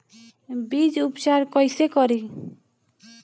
बीज उपचार कईसे करी?